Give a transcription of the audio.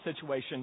situation